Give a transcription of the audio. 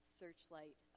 searchlight